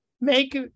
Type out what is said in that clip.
make